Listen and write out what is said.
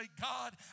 God